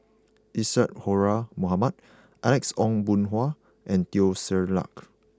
Isadhora Mohamed Alex Ong Boon Hau and Teo Ser Luck